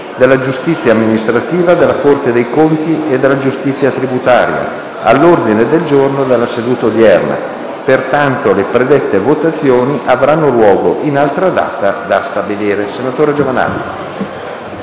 della Giustizia amministrativa, della Corte dei conti e della Giustizia tributaria, all'ordine del giorno della seduta odierna. Pertanto le predette votazioni avranno luogo in altra data da stabilire.